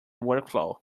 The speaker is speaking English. workflow